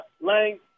Lang